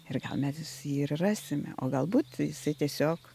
ir mes jį ir rasime o galbūt jisai tiesiog